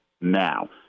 now